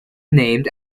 named